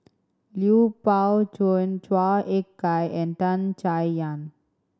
Lui Pao Chuen Chua Ek Kay and Tan Chay Yan